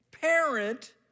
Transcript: Parent